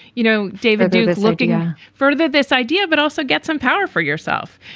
you know, david, do this looking further, this idea, but also get some power for yourself?